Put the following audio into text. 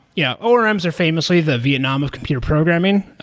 yeah orms are famously the vietnam of computer programming,